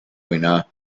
winner